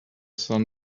sun